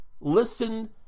Listen